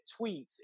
tweets